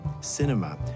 cinema